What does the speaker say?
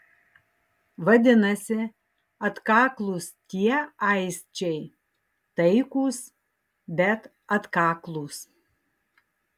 vadinasi atkaklūs tie aisčiai taikūs bet atkaklūs